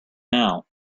now